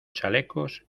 chalecos